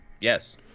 yes